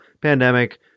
pandemic